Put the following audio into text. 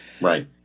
Right